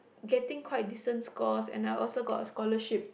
getting quite decent scores and I also got scholarship